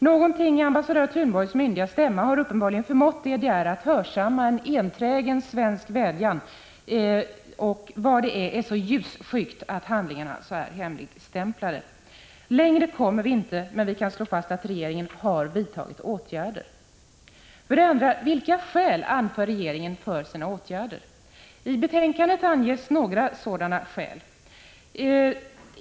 Någonting i ambassadör Thunborgs myndiga stämma har uppenbarligen förmått DDR att hörsamma en enträgen svensk vädjan. Vad det än är, är det så ljusskyggt att handlingarna som sagt är hemligstämplade. Längre kommer vi inte, men vi kan slå fast att regeringen har vidtagit åtgärder. För det andra: Vilka skäl anför regeringen för sina åtgärder? I betänkandet anges några sådana skäl.